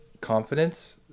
confidence